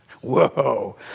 Whoa